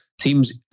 Teams